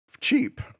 cheap